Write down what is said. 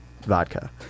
vodka